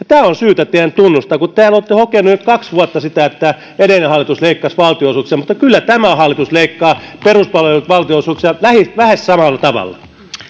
tämä on syytä teidän tunnustaa kun te olette hokeneet nyt kaksi vuotta sitä että edellinen hallitus leikkasi valtionosuuksia kyllä tämä hallitus leikkaa peruspalveluiden valtionosuuksia lähes lähes samalla tavalla ja nyt